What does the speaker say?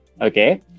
Okay